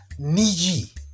Niji